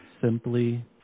simply